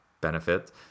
benefit